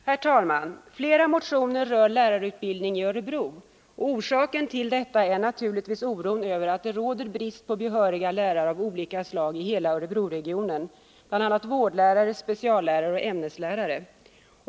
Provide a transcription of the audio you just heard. Herr talman! Flera motioner gäller lärarutbildningen i Örebro. Orsaken är naturligtvis oron över att det råder brist på behöriga lärare av olika slag i hela Örebroregionen — det gäller bl.a. vårdlärare, speciallärare och ämneslärare.